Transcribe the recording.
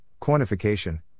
quantification